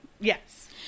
Yes